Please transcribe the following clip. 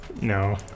No